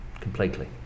completely